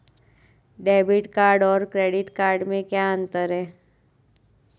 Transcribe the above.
Debit card और credit card में क्या अंतर है?